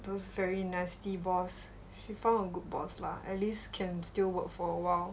those very nasty boss she found a good boss lah at least can still work for a while